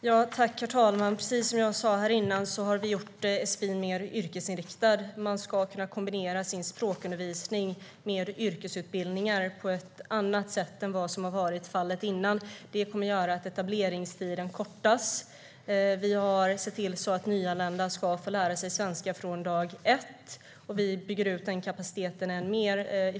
Herr talman! Precis som jag sa här innan har vi gjort sfi:n mer yrkesinriktad. Människor ska kunna kombinera sin språkundervisning med yrkesutbildningar på ett annat sätt än vad som har varit fallet tidigare. Det kommer att göra att etableringstiden kortas. Vi har sett till att nyanlända ska få lära sig svenska från dag ett. Vi bygger ut den kapaciteten än mer.